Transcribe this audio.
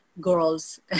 girls